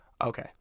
Okay